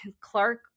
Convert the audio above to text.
Clark